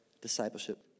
discipleship